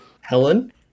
Helen